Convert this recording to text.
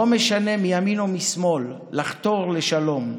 לא משנה מימין או משמאל, לחתור לשלום.